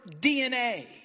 DNA